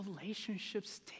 relationships